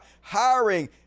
hiring